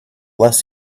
less